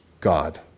God